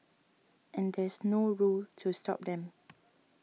and there's no rule to stop them